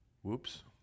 whoops